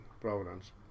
Providence